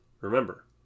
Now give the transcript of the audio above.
remember